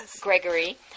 Gregory